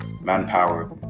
manpower